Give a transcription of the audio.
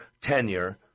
tenure